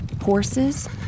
horses